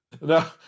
No